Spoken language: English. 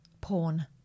Porn